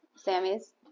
Sammy's